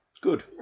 Good